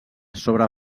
sobre